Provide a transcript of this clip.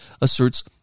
asserts